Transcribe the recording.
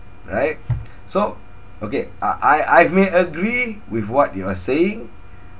right so okay uh I I may agree with what you are saying